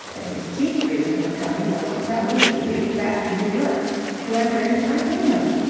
but his chief reason for coming was to tell me to beat it back to new york to enter into my kingdom.